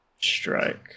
strike